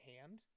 hand